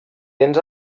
dents